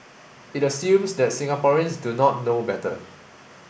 it assumes that Singaporeans do not know better